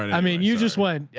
i mean, you just went, yeah